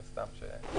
שמין הסתם...